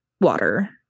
water